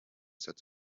sets